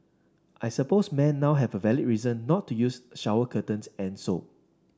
I suppose men now have a valid reason not to use shower curtains and soap